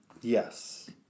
Yes